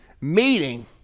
meeting